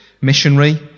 missionary